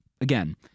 again